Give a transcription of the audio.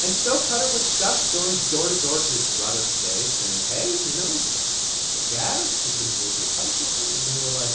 and so qatar was stuck going door to door to its brother states saying hey, you know, we've got some natural gas. we can build you a pipeline and they were like,